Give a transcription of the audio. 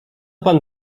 pan